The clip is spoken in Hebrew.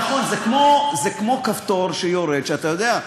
נכון, זה כמו כפתור שיורד, ואתה יודע: